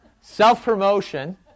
Self-promotion